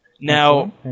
Now